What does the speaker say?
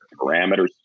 parameters